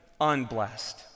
unblessed